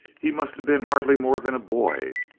he must have been hardly more than a boy.